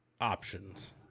options